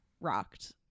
rocked